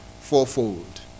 fourfold